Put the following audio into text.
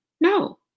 No